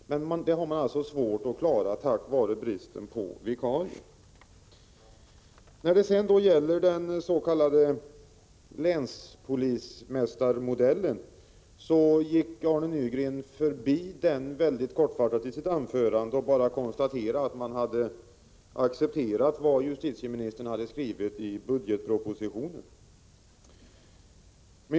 Men det är svårt att klara på grund av bristen på vikarier. Arne Nygren gick i sitt anförande i det närmaste förbi den s.k. länspolismästarmodellen. Han konstaterade bara att man hade accepterat vad justitieministern hade skrivit i budgetpropositionen.